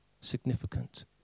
significant